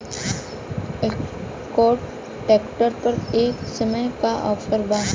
Escort tractor पर ए समय का ऑफ़र बा?